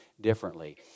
differently